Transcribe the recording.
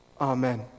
Amen